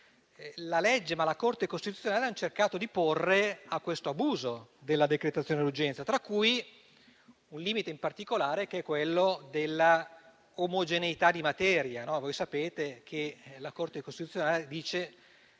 la legge, ma anche la Corte costituzionale, hanno cercato di porre a questo abuso della decretazione d'urgenza, tra cui un limite in particolare che è quello dell'omogeneità di materia. Voi sapete che la Corte costituzionale dice